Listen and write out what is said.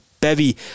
Bevy